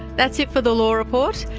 that's it for the law report.